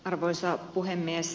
arvoisa puhemies